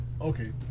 Okay